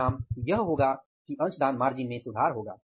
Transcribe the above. परिणामस्वरूप अंशदान मार्जिन में सुधार होगा